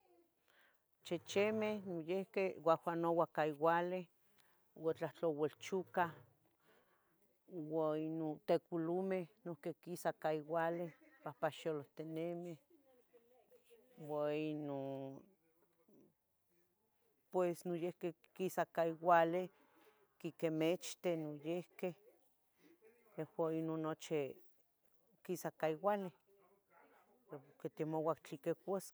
chechemeh noyihqui, guahgua nogua cah yogualeh, ua tlahtlauel chocah, ua ino teculomeh, noyihqui quisa ca igualeh pahpaxealohtinemih, ua ino, pues noyihqui quisa ca iguale quiquimichte noyihqui, ohco ino nochi quisa cah igualeh porqui quitemouah tli cuasqueh.